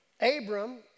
Abram